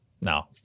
No